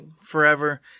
forever